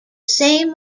same